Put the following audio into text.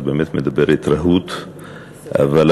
את באמת מדברת רהוט,